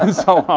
and so,